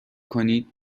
کنید